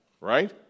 Right